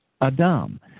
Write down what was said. Adam